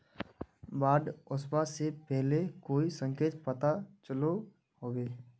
बाढ़ ओसबा से पहले कोई संकेत पता चलो होबे?